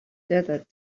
desert